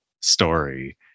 story